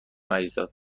مریزاد